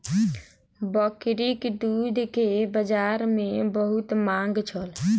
बकरीक दूध के बजार में बहुत मांग छल